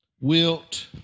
wilt